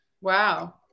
Wow